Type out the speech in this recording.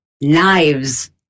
knives